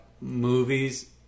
movies